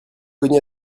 cogné